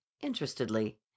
interestedly